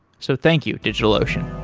so thank you, digitalocean